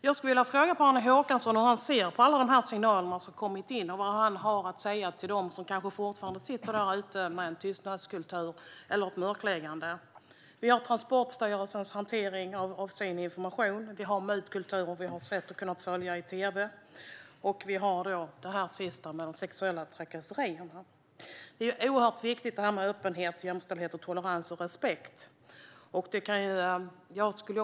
Hur ser Per-Arne Håkansson på alla signaler som har kommit in, och vad har han att säga till alla dem som fortfarande sitter i en tystnadskultur och i ett mörkläggande? Det gäller Transportstyrelsens hantering av sin information, mutkulturer som vi har sett om på tv och, nu senast, sexuella trakasserier. Öppenhet, jämställdhet, tolerans och respekt är oerhört viktigt.